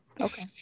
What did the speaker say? okay